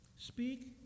Speak